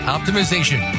Optimization